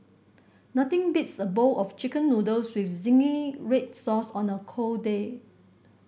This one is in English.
nothing beats a bowl of Chicken Noodles with zingy red sauce on a cold day